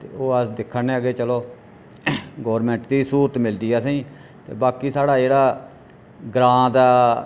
ते ओह् अस दिक्खै ने कि चलो गौरमैंट दी स्हूलत मिलदी ऐ असें गी ते बाकी साढ़ा जेह्ड़ा ग्रां दा